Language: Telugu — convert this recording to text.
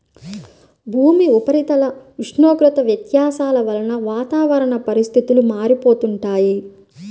భూమి ఉపరితల ఉష్ణోగ్రత వ్యత్యాసాల వలన వాతావరణ పరిస్థితులు మారిపోతుంటాయి